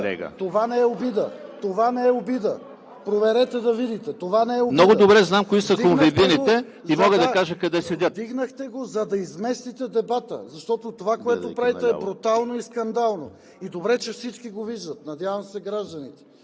Това не е обида, това не е обида! Проверете да видите. Това не е обида. ПРЕДСЕДАТЕЛ ЕМИЛ ХРИСТОВ: Много добре знам кои са хунвейбините и мога да кажа къде седят. ИВАН ЧЕНЧЕВ: …Вдигнахте го, за да изместите дебата. Защото това, което правите, е брутално и скандално. И добре, че всички го виждат – надявам се, гражданите.